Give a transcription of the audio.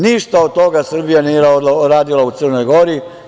Ništa od toga Srbija nije uradila u Crnoj Gori.